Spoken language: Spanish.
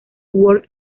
work